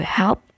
help